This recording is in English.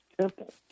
temple